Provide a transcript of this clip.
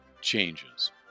changes